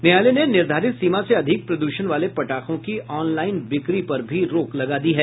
न्यायालय ने निर्धारित सीमा से अधिक प्रदूषण वाले पटाखों की ऑनलाइन बिक्री पर भी रोक लगा दी है